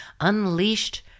unleashed